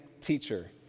teacher